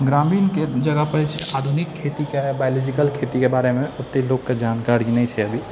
ग्रामीणके जगह पर जे छै आधुनिक खेतीके बायोलॉजिकल खेतीके बारेमे ओते लोककेँ जानकारी नहि छै अभी